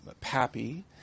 Pappy